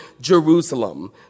Jerusalem